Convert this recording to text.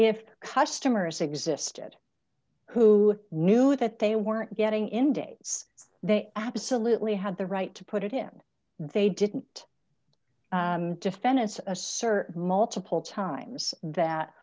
if customers existed who knew that they weren't getting indicates they absolutely had the right to put it in they didn't defendants assert multiple times that